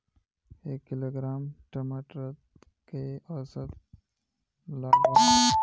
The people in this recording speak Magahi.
एक किलोग्राम टमाटर त कई औसत लागोहो?